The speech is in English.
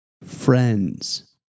Friends